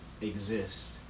exist